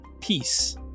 Peace